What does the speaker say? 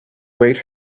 wait